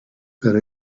per